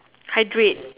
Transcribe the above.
hydrate